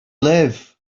live